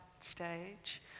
stage